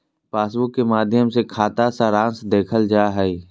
passbook के माध्मय से खाता सारांश देखल जा हय